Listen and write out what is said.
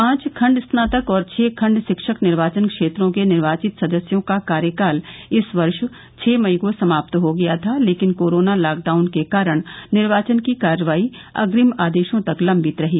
पांच खण्ड स्नातक और छः खण्ड शिक्षक निर्वाचन क्षेत्रों के निर्वाचित सदस्यों का कार्यकाल इस वर्ष छः मई को समाप्त हो गया था लेकिन कोरोना लॉकडाउन के कारण निर्वाचन की कार्रवाई अप्रिम आदेशों तक लम्बित रही